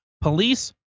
police